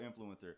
influencer